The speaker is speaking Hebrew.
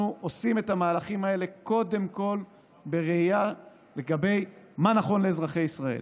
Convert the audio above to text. אנחנו עושים את המהלכים האלה קודם כול בראייה של מה נכון לאזרחי ישראל,